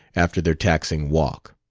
after their taxing walk.